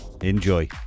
Enjoy